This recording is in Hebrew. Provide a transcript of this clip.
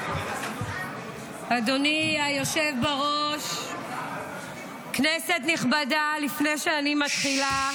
אדוני היושב-ראש, כנסת נכבדה, לפני שאני מתחילה,